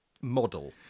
model